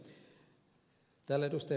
täällä ed